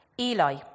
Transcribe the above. Eli